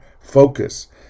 focus